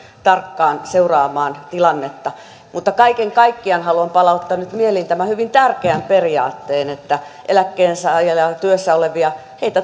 tarkkaan seuraamaan tilannetta mutta kaiken kaikkiaan haluan palauttaa nyt mieliin tämän hyvin tärkeän periaatteen että eläkkeensaajia ja työssä olevia